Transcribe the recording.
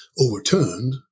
overturned